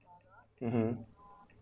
mmhmm